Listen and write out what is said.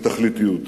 ותכליתיות.